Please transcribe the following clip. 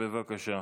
בבקשה.